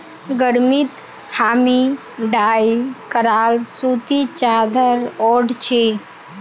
गर्मीत हामी डाई कराल सूती चादर ओढ़ छि